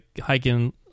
hiking